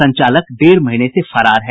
संचालक डेढ़ महीने से फरार है